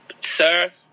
Sir